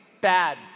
bad